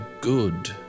good